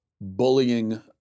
bullying